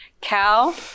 Cal